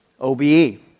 OBE